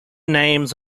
names